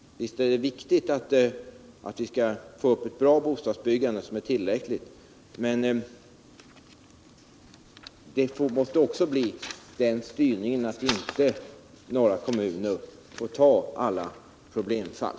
Visst är det viktigt all få upp ett bra och tillräckligt stort bostadsbyggande, men det måste också bli en sådan styrning att inte några kommuner får ta alla problemfall.